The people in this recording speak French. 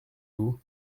vous